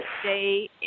Stay